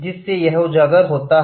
जिससे यह उजागर होता है